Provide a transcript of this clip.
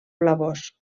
blavós